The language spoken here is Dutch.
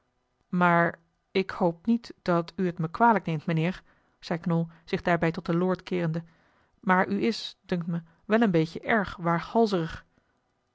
maar ik hoop niet dat u het me kwalijk neemt mijnheer zei knol zich daarbij tot den lord keerende maar u is dunkt me wel een beetje erg waaghalzerig